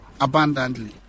abundantly